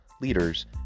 leaders